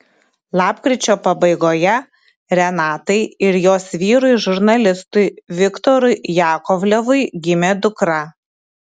lapkričio pabaigoje renatai ir jos vyrui žurnalistui viktorui jakovlevui gimė dukra